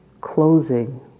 closing